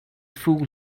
fool